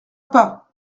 pas